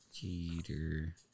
Cheater